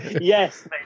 yes